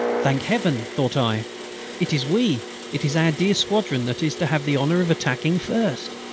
thank heaven! thought i it is we it is our dear squadron that is to have the honour of attacking first.